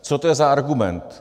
Co to je za argument?